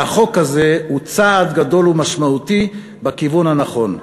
והחוק הזה הוא צעד גדול ומשמעותי בכיוון הנכון.